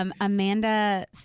Amanda